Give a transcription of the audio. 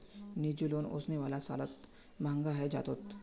निजी लोन ओसने वाला सालत महंगा हैं जातोक